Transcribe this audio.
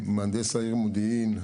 אני מהנדס העיר מודיעין.